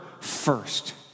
first